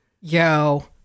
Yo